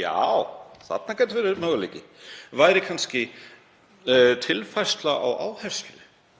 Já, þarna gæti verið möguleiki. Væri það kannski breyting á áherslum?